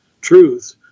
truth